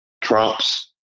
Trump's